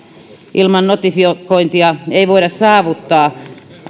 ilman notifiointia ei voida saavuttaa